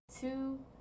two